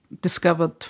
discovered